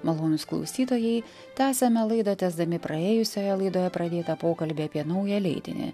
malonūs klausytojai tęsiame laidą tęsdami praėjusioje laidoje pradėtą pokalbį apie naują leidinį